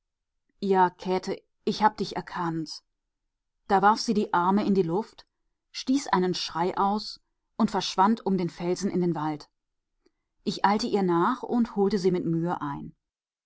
ja käthe ich hab dich erkannt da warf sie die arme in die luft stieß einen schrei aus und verschwand um den felsen in den wald ich eilte ihr nach und holte sie mit mühe